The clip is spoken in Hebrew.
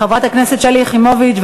חברת הכנסת שלי יחימוביץ,